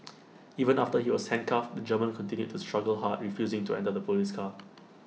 even after he was handcuffed the German continued to struggle hard refusing to enter the Police car